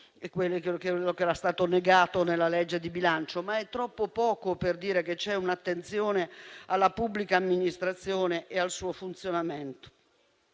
quello che era stato negato nella legge di bilancio, ma è troppo poco per dire che c'è un'attenzione alla pubblica amministrazione e al suo funzionamento.